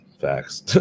facts